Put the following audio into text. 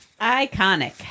Iconic